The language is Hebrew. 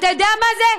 אתה יודע מה זה?